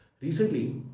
recently